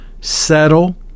Settle